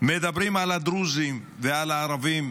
מדברים על הדרוזים ועל הערבים